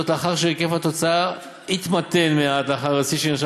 לאחר שהיקף ההוצאה התמתן מעט לאחר השיא שנרשם